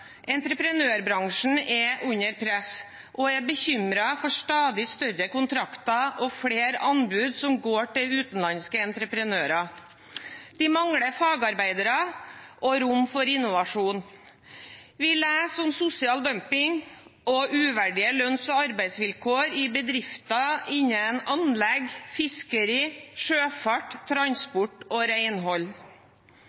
Entreprenørbransjen er under press, og jeg er bekymret for at stadig større kontrakter og flere anbud går til utenlandske entreprenører. Vi mangler fagarbeidere og rom for innovasjon. Vi leser om sosial dumping og uverdige lønns- og arbeidsvilkår i bedrifter innen anlegg, fiskeri, sjøfart,